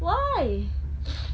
why